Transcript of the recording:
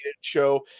show